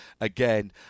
again